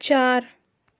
चार